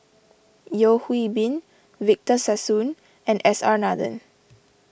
Yeo Hwee Bin Victor Sassoon and S R Nathan